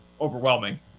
overwhelming